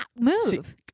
Move